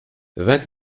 vingt